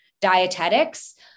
dietetics